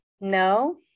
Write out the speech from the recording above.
no